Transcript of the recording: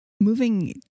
moving